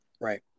Right